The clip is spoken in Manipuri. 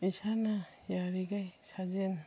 ꯏꯁꯥꯅ ꯌꯥꯔꯤꯒꯩ ꯁꯥꯖꯦꯟ